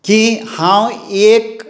की हांव एक